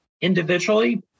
Individually